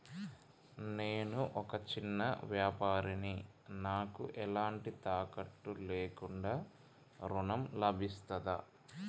నేను ఒక చిన్న వ్యాపారిని నాకు ఎలాంటి తాకట్టు లేకుండా ఋణం లభిస్తదా?